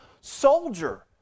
soldier